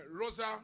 Rosa